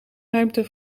ruimte